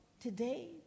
today